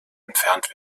entfernt